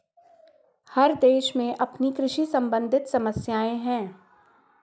हर देश की अपनी कृषि सम्बंधित समस्याएं हैं